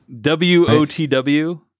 W-O-T-W